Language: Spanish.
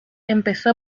empezó